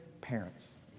parents